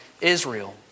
Israel